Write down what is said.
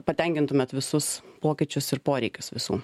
patenkintumėt visus pokyčius ir poreikius visų